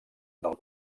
del